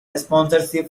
sponsorship